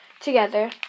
together